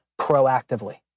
proactively